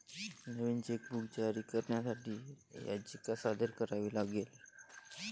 नवीन chequebook जारी करण्यासाठी याचिका सादर करावी लागेल